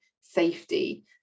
safety